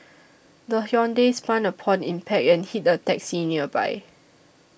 the Hyundai spun upon impact and hit a taxi nearby